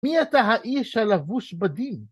מי אתה האיש הלבוש בדים?